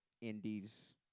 Indies